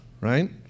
right